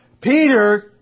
Peter